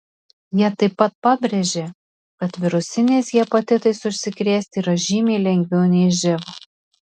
jie taip pat pabrėžė kad virusiniais hepatitais užsikrėsti yra žymiai lengviau nei živ